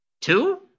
Two